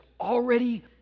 already